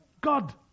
God